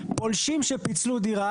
פולשים שפיצלו שירה,